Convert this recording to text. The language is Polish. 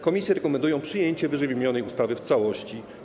Komisje rekomendują przyjęcie ww. ustawy w całości.